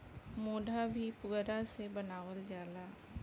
मोढ़ा भी पुअरा से बनावल जाला